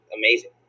amazing